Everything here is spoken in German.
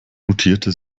notierte